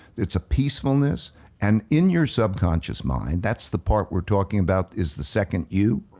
it's a peacefulness and in your subconscious mind, that's the part we're talking about is the second you,